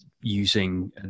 using